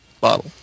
bottle